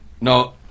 No